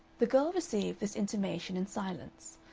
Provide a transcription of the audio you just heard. the girl received this intimation in silence,